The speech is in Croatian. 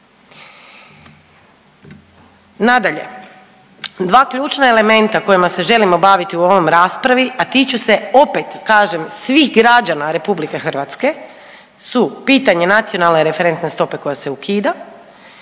Nadalje, dva ključna elementa kojima se želimo baviti u ovoj raspravi, a tiču se opet kažem svih građana Republike Hrvatske su pitanje nacionalne referentne stope koja se ukida